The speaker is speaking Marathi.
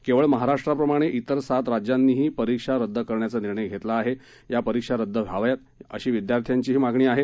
केवळ महाराष्ट्राप्रमाणे इतर सात राज्यांनीही परीक्षा रद्द करण्याचा निर्णय घेतला आहे या परीक्षा रदद व्हाव्यात अशी विद्यार्थ्यांचीही मागणी आहे